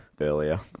Earlier